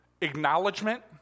Acknowledgement